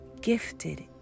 gifted